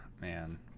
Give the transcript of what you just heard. man